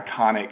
iconic